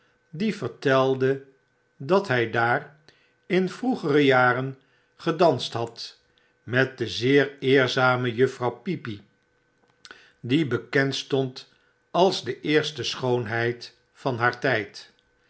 die vertelde dat hij daar in vroegere jaren gedanst had met de zeer eerzame juffrouw peepy die bekend stond als de eerste schoonheid van haar tyd